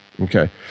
Okay